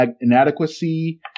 inadequacy